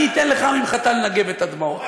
אני אתן לך ממחטה לנגב את הדמעות.